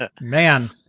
man